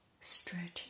Stretching